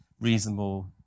reasonable